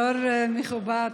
יו"ר נכבד,